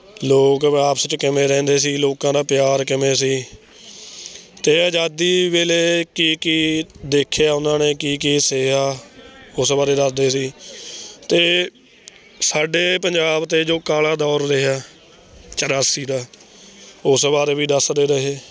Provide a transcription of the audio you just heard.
ਲੋਕ ਆਪਸ 'ਚ ਕਿਵੇਂ ਰਹਿੰਦੇ ਸੀ ਲੋਕਾਂ ਦਾ ਪਿਆਰ ਕਿਵੇਂ ਸੀ ਅਤੇ ਆਜ਼ਾਦੀ ਵੇਲੇ ਕੀ ਕੀ ਦੇਖਿਆ ਉਹਨਾਂ ਨੇ ਕੀ ਕੀ ਸਹਿਆ ਉਸ ਬਾਰੇ ਦੱਸਦੇ ਸੀ ਅਤੇ ਸਾਡੇ ਪੰਜਾਬ 'ਤੇ ਜੋ ਕਾਲਾ ਦੌਰ ਰਿਹਾ ਚੁਰਾਸੀ ਦਾ ਉਸ ਬਾਰੇ ਵੀ ਦੱਸਦੇ ਰਹੇ